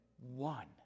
one